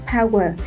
Power